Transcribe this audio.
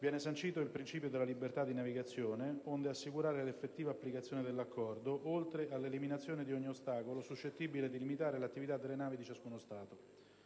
Viene sancito il principio della libertà di navigazione, onde assicurare l'effettiva applicazione dell'Accordo, oltre all'eliminazione di ogni ostacolo suscettibile di limitare l'attività delle navi di ciascuno Stato.